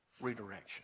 redirection